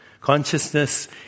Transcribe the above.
Consciousness